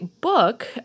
book